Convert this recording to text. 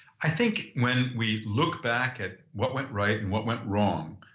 i think, when we look back at what went right and what went wrong,